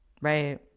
right